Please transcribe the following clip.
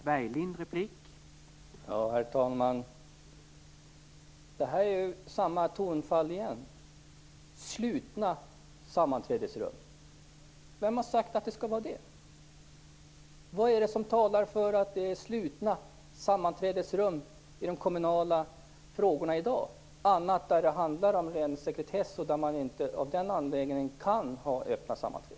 Herr talman! Det är samma tonfall igen. "Slutna sammanträden" - vem har sagt att det skall vara det? Vad är det som talar för att det är slutna sammanträdesrum i kommunala frågor i dag, utom när det handlar om ren sekretess så att man av den anledningen inte kan ha öppna sammanträden?